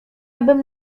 abym